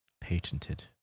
Patented